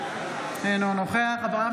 אינו נוכח אברהם